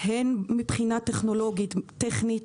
הן מבחינה טכנולוגית-טכנית,